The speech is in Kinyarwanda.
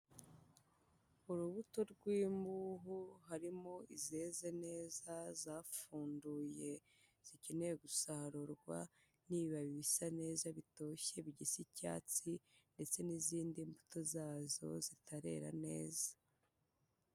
Urubuto rw'imbubu harimo izeze neza zapfunduye zikeneye gusarurwa n'ibibabi bisa neza bitoshye bigisa icyatsi ndetse n'izindi mbuto zazo zitarera neza.